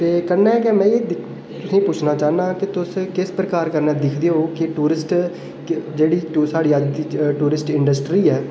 ते कन्नै कि में तुसेंगी पुच्छना चाह्न्ना कि तुस किस प्रकार कन्नै दिक्खदे ओ टूरिस्ट जेह्ड़ी साढ़ी अज्ज दी टूरिस्ट इंडस्ट्री ऐ